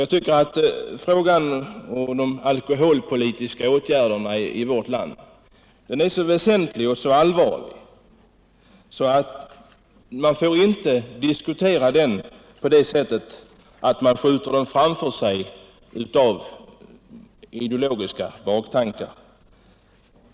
Jag tycker att frågan om de alkoholpolitiska åtgärderna i vårt land är så väsentlig och så allvarlig att man inte får diskutera den med ideologiska baktankar.